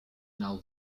now